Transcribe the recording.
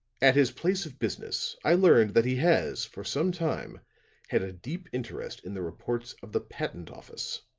at his place of business i learned that he has for some time had a deep interest in the reports of the patent office.